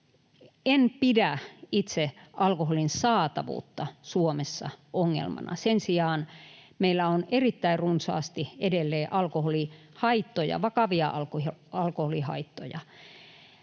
En pidä itse alkoholin saatavuutta Suomessa ongelmana. Sen sijaan meillä on erittäin runsaasti edelleen alkoholihaittoja,